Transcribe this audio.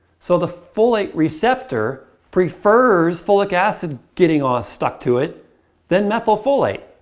so the folate receptor prefers folic acid getting all stuck to it than methyl folate.